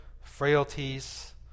frailties